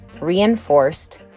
reinforced